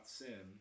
sin